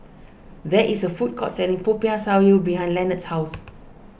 there is a food court selling Popiah Sayur behind Lenard's house